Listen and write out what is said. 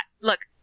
Look